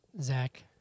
Zach